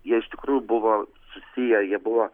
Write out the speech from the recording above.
iš tikrųjų buvo susiję jie buvo